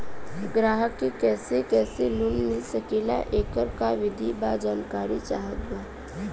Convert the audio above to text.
ग्राहक के कैसे कैसे लोन मिल सकेला येकर का विधि बा जानकारी चाहत बा?